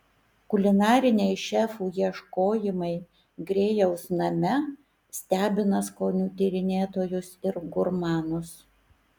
kulinariniai šefų ieškojimai grėjaus name stebina skonių tyrinėtojus ir gurmanus